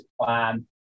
plan